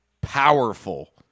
powerful